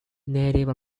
native